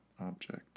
object